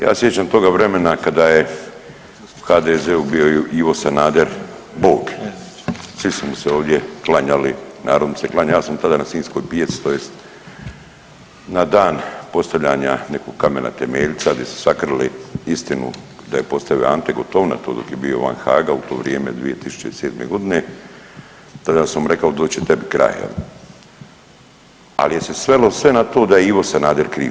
Ja se sjećam toga vremena kada je u HDZ-u bio Ivo Sanader bog, svi su mu se ovdje klanjali, narod mu se klanja, ja sam tada na sinjskoj pijaci tj. na dan postavljanja nekog kamena temeljca gdje su sakrili istinu da je postavio Ante Gotovina to dok je bio van Haaga u to vrijeme 2007.g. tada sam mu rekao doće tebi kraj, ali je se sve svelo na to da je Ivo Sanader kriv.